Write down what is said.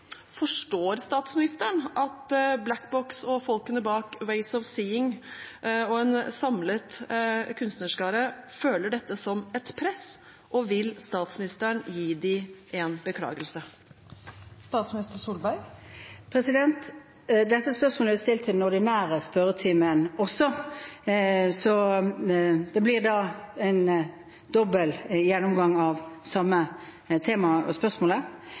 Forstår statsministeren at Black Box og folkene bak Ways of Seeing og en samlet kunstnerskare føler dette som et press, og vil statsministeren gi dem en beklagelse? Dette spørsmålet er også meldt inn til den ordinære spørretimen, så det blir en dobbel gjennomgang av det samme temaet og det samme spørsmålet.